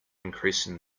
increasing